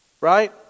Right